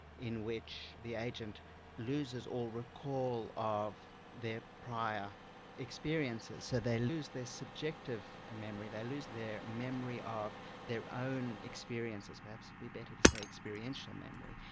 in which the agent loses all recall of their prior experiences, so they lose their subjective ah memory, they lose their memory of their own experiences. perhaps it would be better to say experiential memory.